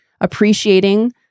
appreciating